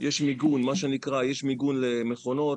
יש מה שנקרא מיגון למכונות.